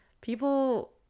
people